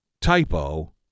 typo